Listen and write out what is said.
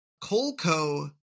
Colco